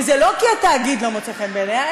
וזה לא כי התאגיד לא מוצא חן בעיניה,